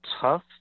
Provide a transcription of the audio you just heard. tough